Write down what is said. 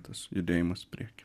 tas judėjimas į priekį